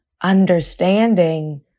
understanding